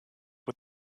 with